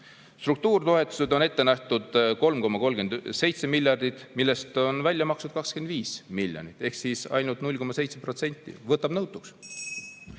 Struktuuritoetuseid on ette nähtud 3,37 miljardit, millest on välja makstud 25 miljonit ehk siis ainult 0,7%. Võtab nõutuks.